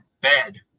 bad